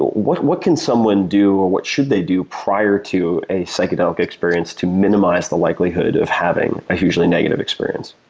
what what can someone do or what should they do prior to a psychedelic experience to minimize the likelihood of having a hugely negative experience.